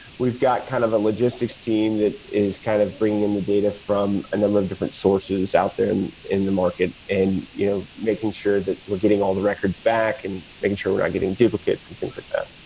we've got kind of a logistics team that is kind of bringing in the data from a number of different sources out there in in the market and you know making sure that we're getting all the records back and making sure we're not getting duplicates and things like that.